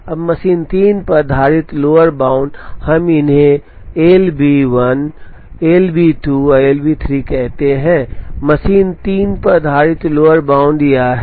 अब मशीन 3 पर आधारित लोअर बाउंड हम इन्हें LB 1 LB 2 और LB 3 कहते हैं मशीन 3 पर आधारित लोअर बाउंड यह है